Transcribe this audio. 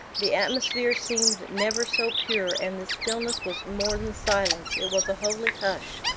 the atmosphere seemed never so pure, and the stillness was more than silence it was a holy hush,